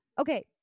Okay